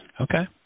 Okay